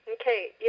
Okay